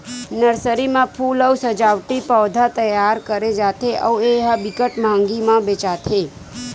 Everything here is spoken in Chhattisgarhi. नरसरी म फूल अउ सजावटी पउधा तइयार करे जाथे अउ ए ह बिकट मंहगी म बेचाथे